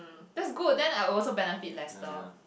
that's good then I'll also benefit Lester